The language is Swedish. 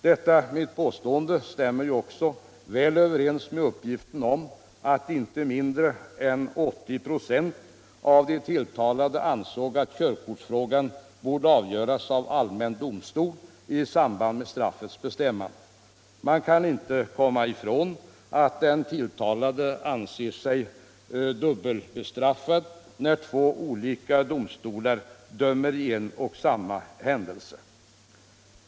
Detta mitt påstående stämmer väl överens med uppgiften att inte mindre än 80 96 av de tilltalade ansåg att körkortsfrågan borde avgöras av allmän domstol i samband med straffets bestämmande. Man kan inte komma ifrån att den tilltalade anser sig dubbelbestraffad när två olika domstolar dömer i en och samma händelse.